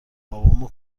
بابامو